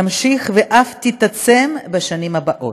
תמשיך ואף תתעצם בשנים הבאות.